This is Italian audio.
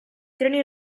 treni